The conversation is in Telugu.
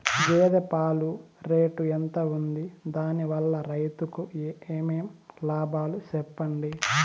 గేదె పాలు రేటు ఎంత వుంది? దాని వల్ల రైతుకు ఏమేం లాభాలు సెప్పండి?